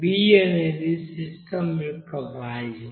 V అనేది system యొక్క volume